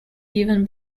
given